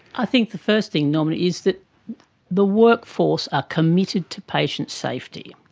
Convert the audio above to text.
i think the first thing, norman, is that the workforce are committed to patient safety.